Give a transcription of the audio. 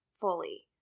fully